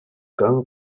going